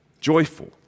joyful